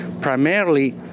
Primarily